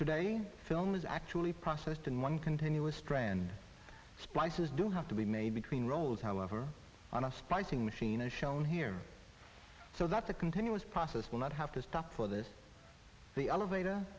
today film is actually processed in one continuous strand spices do have to be made between rows however on a surprising machine as shown here so that the continuous process will not have to stop for this the elevator